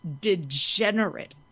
degenerate